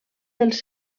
dels